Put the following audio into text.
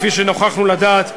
כפי שנוכחנו לדעת,